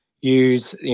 use